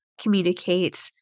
communicate